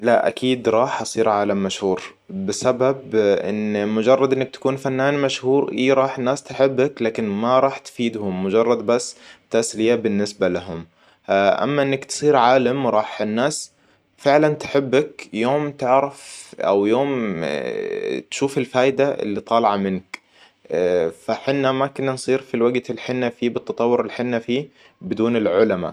لأ اكيد راح أصير عالم مشهور. بسبب إن مجرد إنك تكون فنان مشهور إي رح الناس تحبك لكن ما راح تفيدهم مجرد بس تسلية بالنسبة لهم. أما إنك تصير عالم راح الناس فعلاً تحبك يوم تعرف أو يوم تشوف الفايدة اللي طالعة منك. فحنا ما كنا نصير في الوقت اللي حنا فيه بالتطور اللي حنا فيه بدون العلما.